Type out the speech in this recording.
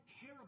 care